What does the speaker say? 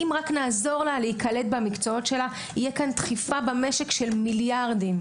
אם רק נעזור לה להיקלט במקצועות שלה תהיה כאן דחיפה במשק של מיליארדים.